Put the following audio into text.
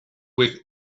with